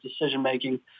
decision-making